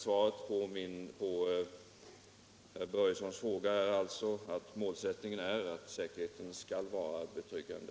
Svaret på herr Börjessons fråga är alltså att målsättningen är att säkerheten skall vara betryggande.